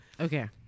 Okay